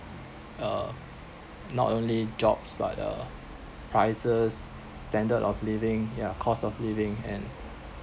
uh not only jobs but uh prices standard of living ya cost of living and